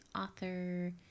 author